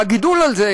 והגידול הזה,